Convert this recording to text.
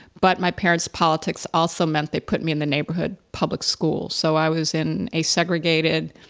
but my parents' politics also meant they put me in the neighborhood public school. so, i was in a segregated,